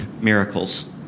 miracles